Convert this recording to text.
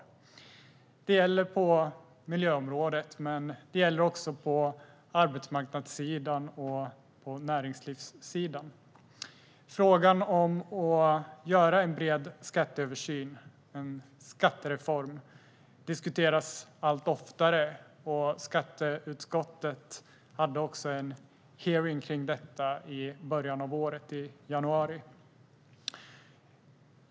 Det gäller på miljöområdet, men det gäller också på arbetsmarknadssidan och på näringslivssidan. Frågan om att göra en bred skatteöversyn, en skattereform, diskuteras allt oftare, och skatteutskottet hade också en hearing om detta i januari i år.